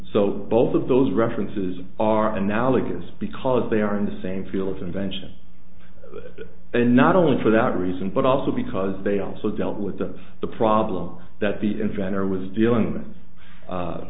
so both of those references are analogous because they are in the same feel of invention and not only for that reason but also because they also dealt with them the problem that the inventor was dealing with